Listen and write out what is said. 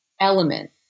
element